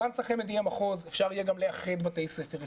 ברגע שהחמ"ד יהיה מחוז אפשר יהיה גם לאחד בתי ספר,